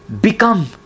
become